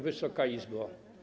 Wysoka Izbo!